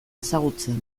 ezagutzen